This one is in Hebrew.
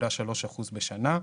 0.3 אחוז בשנה.